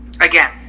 again